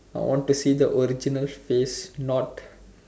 I want to see the original face not